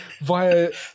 via